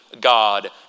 God